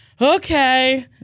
Okay